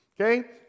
Okay